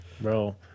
Bro